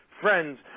friends